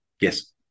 yes